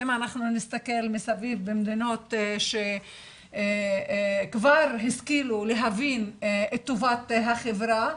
אם אנחנו נסתכל סביב במדינות שכבר השכילו להבין את טובת החברה,